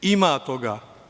Ima toga.